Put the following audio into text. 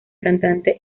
cantante